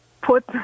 put